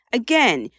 again